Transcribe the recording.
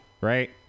right